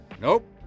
Nope